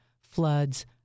floods